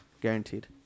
Guaranteed